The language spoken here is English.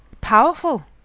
powerful